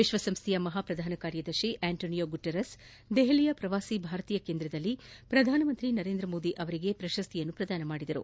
ವಿಶ್ವಸಂಸ್ವೆಯ ಮಹಾಪ್ರಧಾನ ಕಾರ್ಯದರ್ತಿ ಆಂಟೊನಿಯೊ ಗುಟೆರಸ್ ದೆಪಲಿಯ ಪ್ರವಾಸಿ ಭಾರತೀಯ ಕೇಂದ್ರದಲ್ಲಿ ಪ್ರಧಾನಮಂತ್ರಿ ನರೇಂದ್ರ ಮೋದಿ ಅವರಿಗೆ ಪ್ರಶಸ್ತಿಯನ್ನು ಪ್ರದಾನ ಮಾಡಿದರು